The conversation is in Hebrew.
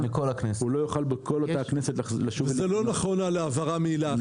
הוא לא יוכל בכול אותה כנסת -- זה לא נכון --- נכון,